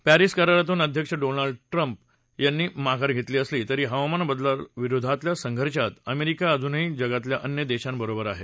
Paris करारातून अध्यक्ष Donald Trump यांनी माघार घेतली असली तरी हवामान बदलाविरोधातल्या संघर्षात अमेरिका अजूनही जगातल्या अन्य देशांबरोबर आहे